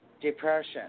depression